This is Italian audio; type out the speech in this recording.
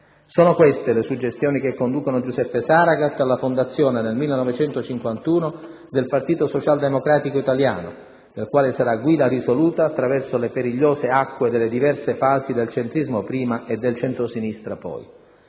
Sono queste le suggestioni che conducono Giuseppe Saragat alla fondazione, nel 1951, del Partito socialdemocratico italiano, del quale sarà guida risoluta attraverso le perigliose acque delle diverse fasi del centrismo prima e del centrosinistra poi.